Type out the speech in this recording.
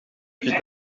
ifite